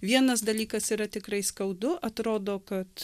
vienas dalykas yra tikrai skaudu atrodo kad